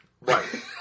Right